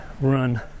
run